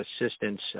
assistance